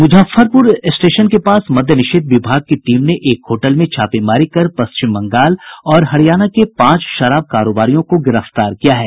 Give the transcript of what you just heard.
Muzaffarpur station के पास मद्य निषेध विभाग की टीम ने एक होटल में छापेमारी कर पश्चिम बंगाल और हरियाणा के पांच शराब कारोबारियों को गिरफ्तार किया है